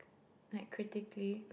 like critically